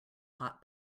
hot